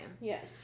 Yes